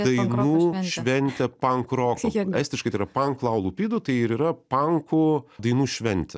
dainų šventė pankroko estiškai tai yra panklau lupidu tai ir yra pankų dainų šventė